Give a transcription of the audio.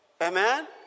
Amen